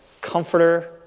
comforter